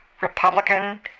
Republican